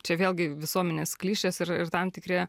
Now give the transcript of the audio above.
čia vėlgi visuomenės klišės ir ir tam tikri